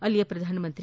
ಅಲ್ಲಿಯ ಪ್ರಧಾನಮಂತ್ರಿ